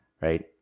right